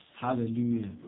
Hallelujah